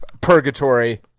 purgatory